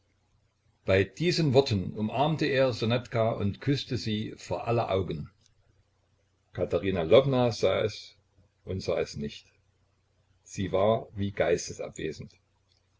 bei diesen worten umarmte er ssonetka und küßte sie vor aller augen katerina lwowna sah es und sah es nicht sie war wie geistesabwesend